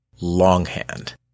longhand